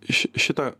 ši šitą